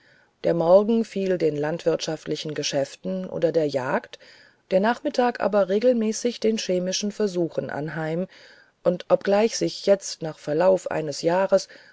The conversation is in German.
der morgen fiel den landwirtschaftlichen geschäften oder der jagd der nachmittag aber regelmäßig den chemischen versuchen anheim und obgleich sich jetzt nach verlauf eines jahres